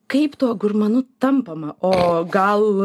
kaip tuo gurmanu tampama o gal